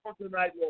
tonight